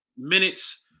Minutes